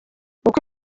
uko